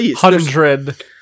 Hundred